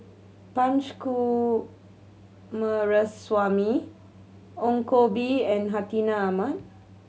Punch Coomaraswamy Ong Koh Bee and Hartinah Ahmad